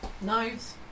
Knives